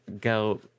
go